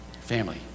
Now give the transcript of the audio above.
Family